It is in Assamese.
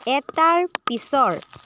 এটাৰ পিছৰ